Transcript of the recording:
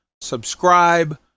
Subscribe